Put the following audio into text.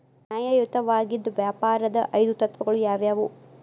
ನ್ಯಾಯಯುತವಾಗಿದ್ ವ್ಯಾಪಾರದ್ ಐದು ತತ್ವಗಳು ಯಾವ್ಯಾವು?